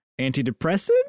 antidepressant